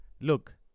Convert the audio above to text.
look